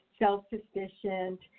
self-sufficient